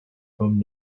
home